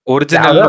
Original